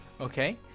Okay